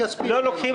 לא לוקחים.